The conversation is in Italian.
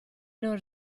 non